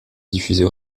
diffusée